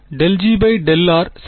∂G ∂r சரி